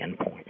endpoint